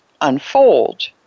unfold